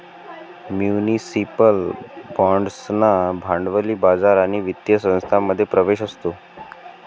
municipal बाँड्सना भांडवली बाजार आणि वित्तीय संस्थांमध्ये प्रवेश असतो